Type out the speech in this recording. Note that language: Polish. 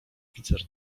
oficer